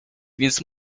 więc